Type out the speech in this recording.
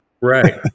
Right